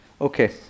Okay